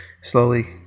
slowly